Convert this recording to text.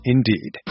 Indeed